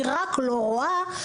היא רק לא רואה.